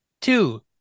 two